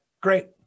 great